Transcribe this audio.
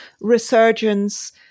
resurgence